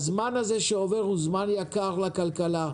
הזמן הזה שעובר הוא שזמן יקר לכלכלה,